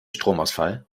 stromausfall